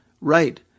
Right